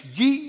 ye